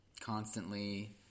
constantly